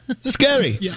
Scary